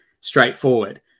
straightforward